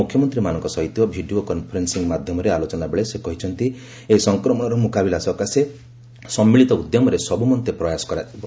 ମୁଖ୍ୟମନ୍ତ୍ରୀମାନଙ୍କ ସହିତ video conferencing ମାଧ୍ୟମରେ ଆଲୋଚନାବେଳେ ସେ କହିଛନ୍ତି ଏହି ସଂକ୍ରମଣର ମୁକାବିଲା ସକାଶେ ସମ୍ମିଳିତ ଉଦ୍ୟମରେ ସବୁମନ୍ତେ ପ୍ରୟାସ କରାଯିବ